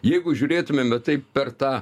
jeigu žiūrėtumėme taip per tą